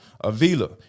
Avila